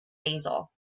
basil